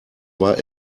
war